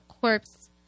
corpse